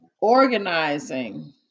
Organizing